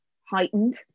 heightened